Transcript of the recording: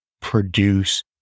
produce